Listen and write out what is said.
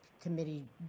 committee